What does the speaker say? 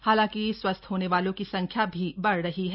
हालांकि स्वस्थ होने वालों की संख्या भी बढ़ रही है